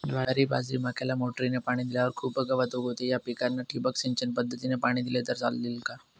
ज्वारी, बाजरी, मक्याला मोटरीने पाणी दिल्यावर खूप गवत उगवते, या पिकांना ठिबक सिंचन पद्धतीने पाणी दिले तर चालेल का?